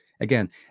Again